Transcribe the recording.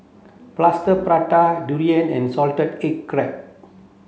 plaster prata durian and salted egg crab